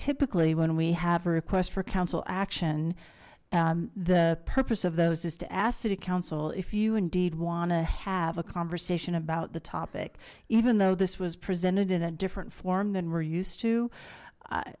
typically when we have a request for counsel action the purpose of those is to a city council if you indeed want to have a conversation about the topic even though this was presented in a different form than we're used to